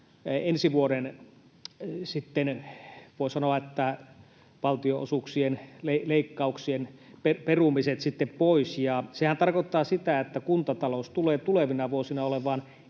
voi sanoa, valtionosuuksien leikkauksien perumiset pois. Sehän tarkoittaa sitä, että kuntatalous tulee tulevina vuosina olemaan